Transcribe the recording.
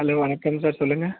hello வணக்கம் sir சொல்லுங்கள்